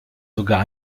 sogar